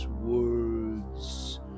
words